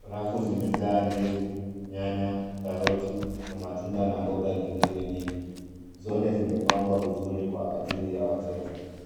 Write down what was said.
Rafu zimejaa ndizi, nyanya, karoti, matunda, na mboga nyingine nyingi zote zimepangwa vizuri kwa ajili ya wateja.